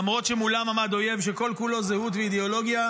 למרות שמולם עמד אויב שכל-כולו זהות ואידיאולוגיה,